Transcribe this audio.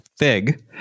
FIG